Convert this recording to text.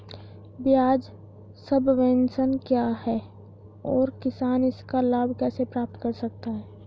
ब्याज सबवेंशन क्या है और किसान इसका लाभ कैसे प्राप्त कर सकता है?